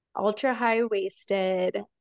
ultra-high-waisted